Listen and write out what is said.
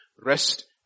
rest